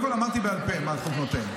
אמרתי בעל פה מה החוק נותן,